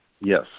yes